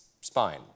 spine